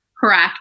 Correct